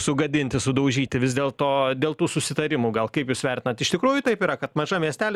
sugadinti sudaužyti vis dėlto dėl tų susitarimų gal kaip jūs vertinat iš tikrųjų taip yra kad mažam miestely